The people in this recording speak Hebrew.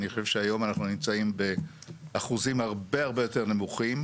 אני חושב שהיום אנחנו נמצאים באחוזים הרבה יותר נמוכים.